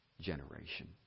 generation